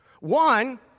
One